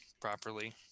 properly